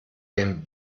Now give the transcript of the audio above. den